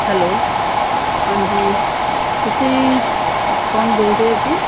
hello ਹਾਂਜੀ ਤੁਸੀ ਕੌਣ ਬੋਲ ਰਹੇ ਜੀ